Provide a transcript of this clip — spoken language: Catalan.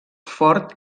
fort